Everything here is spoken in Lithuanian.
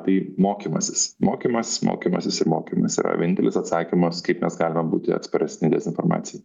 tai mokymasis mokymas mokymasis ir mokymas yra vienintelis atsakymas kaip mes galime būti atsparesni dezinformacijai